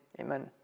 amen